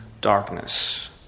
darkness